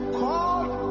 called